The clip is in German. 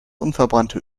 unverbrannte